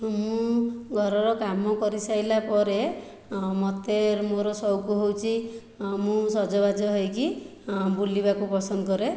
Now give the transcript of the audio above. ମୁଁ ଘରର କାମ କରି ସାରିଲାପରେ ମୋତେ ମୋର ସଉକ ହେଉଛି ମୁଁ ସଜବାଜ ହୋଇକି ବୁଲିବାକୁ ପସନ୍ଦ କରେ